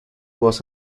was